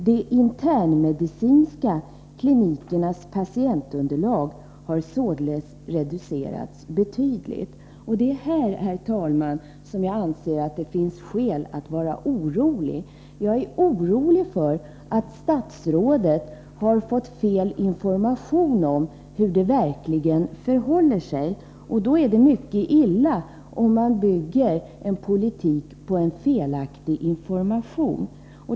De internmedicinska klinikernas patientunderlag har således reducerats betydligt.” Det är på denna punkt, herr talman, som jag anser att det finns skäl att vara orolig. Jag är orolig för att statsrådet har fått fel information om hur det verkligen förhåller sig. Det är mycket illa om man bygger en politik på felaktig information.